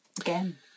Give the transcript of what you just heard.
Again